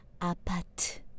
apat